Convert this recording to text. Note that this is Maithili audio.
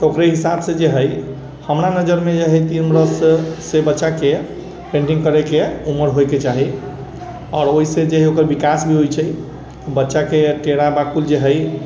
ओकरे हिसाबसँ जे हइ हमरा नजरिमे जे हइ कि तीन बरससँ बच्चाके पेन्टिङ्ग करैके उमर होइके चाही आओर ओहिसँ जे ओकर विकास भी होइ छै बच्चाके टेढ़ा बाकुल जे हइ